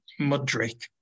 Mudrick